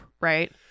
Right